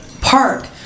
park